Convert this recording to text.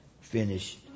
finish